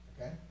Okay